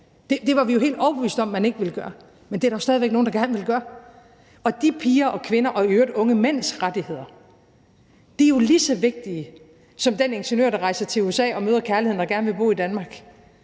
Det var vi jo helt overbevist om man ikke ville gøre, men det er der jo nogle der stadig væk vil gøre, og de pigers og kvinders og i øvrigt unge mænds rettigheder er lige så vigtige som rettighederne for den ingeniør, der rejser til USA og møder kærligheden og gerne vil bo med